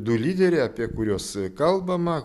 du lyderiai apie kuriuos kalbama